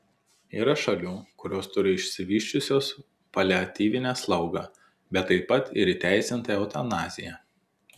yra šalių kurios turi išvysčiusios paliatyvinę slaugą bet taip pat ir įteisintą eutanaziją